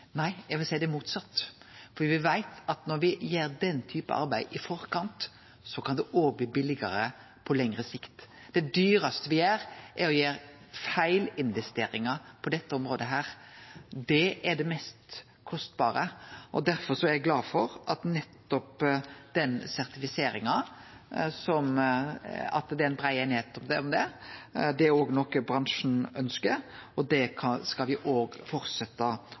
Nei, eg vil seie at det er motsett. For me veit at når me gjer den typen arbeid i forkant, kan det òg bli billegare på lengre sikt. Det dyraste me gjer, er å gjere feilinvesteringar på dette området. Det er det mest kostbare, og derfor er eg glad for at det er brei einigheit om denne sertifiseringa. Det er òg noko bransjen ønskjer, og det skal me fortsetje å følgje opp. Me tar på alvor og